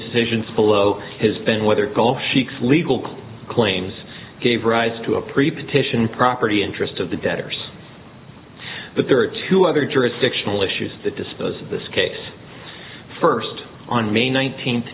decisions below has been whether gulf sheiks legal code claims gave rise to a prepaid titian property interest of the debtors but there are two other jurisdictional issues that dispose of this case first on may nineteenth